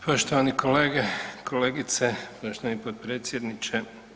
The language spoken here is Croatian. Poštovani kolege i kolegice, poštovani potpredsjedniče.